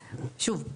שוב,